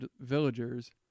villagers